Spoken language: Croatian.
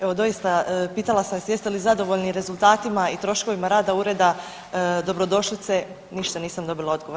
Evo doista, pitala sam vas jeste li zadovoljni rezultatima i troškovima rada ureda dobrodošlice, ništa nisam dobila odgovor.